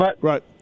Right